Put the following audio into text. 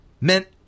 meant